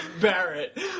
Barrett